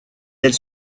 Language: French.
ailes